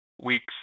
weeks